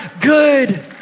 good